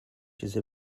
چیزی